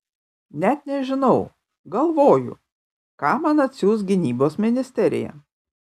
net nežinau galvoju ką man atsiųs gynybos ministerija